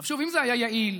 שוב, אם זה היה יעיל,